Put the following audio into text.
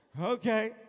Okay